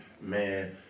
man